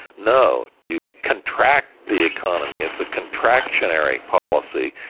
no. you contract the economy. it's a contractionary policy.